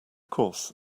course